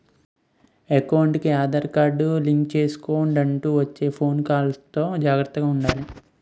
ఎకౌంటుకి Aadhaar card link చేసుకొండంటూ వచ్చే ఫోను కాల్స్ తో జాగర్తగా ఉండాలి